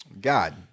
God